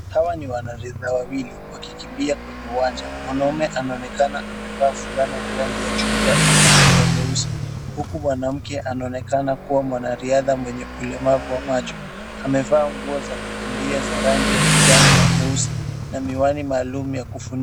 Hawa ni wanariadha wawili wakikimbia kwenye uwanja, mwanaume anaonekana amevaa fulana ya rangi ya chungwa na kaptula nyeusi. Huku mwanamke anaonekana kuwa mwanariadha mwenye ulemavu wa macho, amevaa nguo za kukimbia za rangi ya kijani na nyeusi, na miwani maalum ya kufunika.